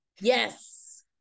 yes